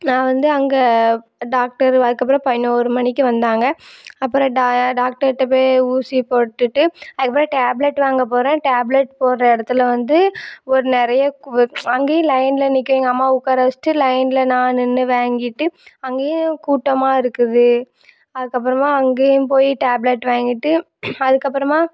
நான் வந்து அங்கே டாக்டர் அதுக்கு அப்புறம் பதினொரு மணிக்கு வந்தாங்க அப்புறம் டா டாக்டர்ட்ட போய் ஊசியை போட்டுகிட்டு அதுக்கு அப்புறம் டேப்லெட் வாங்க போகிறேன் டேப்லெட் போடுகிற இடத்துல வந்து ஒரு நிறைய அங்கேயும் லைனில் நிற்க எங்கள் அம்மாவை உட்கார வச்சுட்டு லைனில் நான் நின்று வாங்கிட்டு அங்கேயும் கூட்டமாக இருக்குது அதுக்கு அப்புறமா அங்கேயும் போய் டேப்லெட் வாங்கிட்டு அதுக்கு அப்புறமா